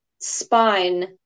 spine